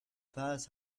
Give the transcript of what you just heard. path